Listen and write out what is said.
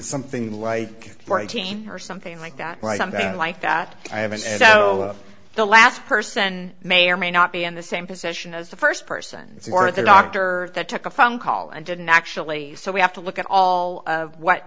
something like fourteen her something like that right something like that i have it and so the last person may or may not be in the same position as the st persons or their doctor that took a phone call and didn't actually so we have to look at all of what